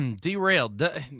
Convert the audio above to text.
Derailed